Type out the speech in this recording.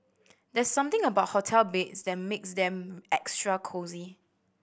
there's something about hotel beds that makes them extra cosy